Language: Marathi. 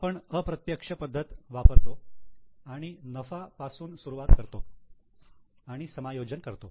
आपण अप्रत्यक्ष पद्धत वापरतो आणि नफा पासून सुरुवात करतो आणि समायोजन करतो